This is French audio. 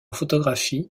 photographie